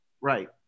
Right